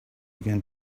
began